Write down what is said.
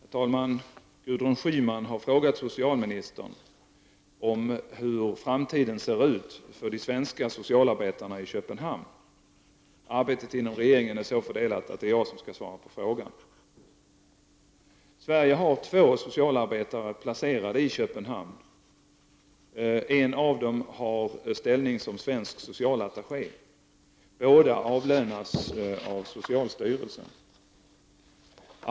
Herr talman! Gudrun Schyman har frågat socialministern om hur framtiden ser ut för de svenska socialarbetarna i Köpenhamn. Arbetet inom regeringen är så fördelat att det är jag som skall svara på frågan. Sverige har två socialarbetare placerade i Köpenhamn sedan år 1971. En av dem har status som svensk socialattaché. Båda avlönas av socialstyrelsen.